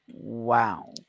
Wow